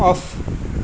off